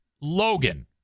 Logan